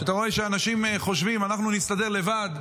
כשאתה רואה שאנשים חושבים: אנחנו נסתדר לבד,